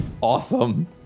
Awesome